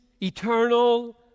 eternal